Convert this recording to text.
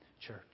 church